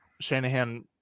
Shanahan